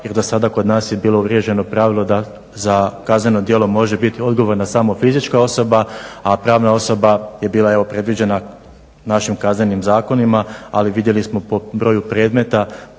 jer dosada kod nas je bilo uvriježeno pravilo da za kazneno djelo može biti odgovorna samo fizička osoba, a pravna osoba je bila evo predviđena našim kaznenim zakonima ali vidjeli smo po broju predmeta,